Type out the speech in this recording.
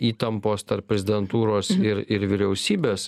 įtampos tarp prezidentūros ir ir vyriausybės